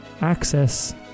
access